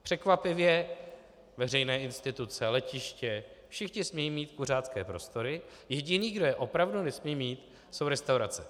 Překvapivě veřejné instituce, letiště, všichni smějí mít kuřácké prostory, jediný, kdo je opravdu nesmí mít, jsou restaurace.